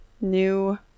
new